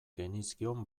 genizkion